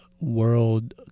world